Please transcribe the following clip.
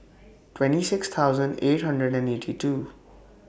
twenty six thousand eight hundred and eighty two